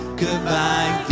goodbye